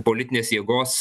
politinės jėgos